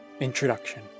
Introduction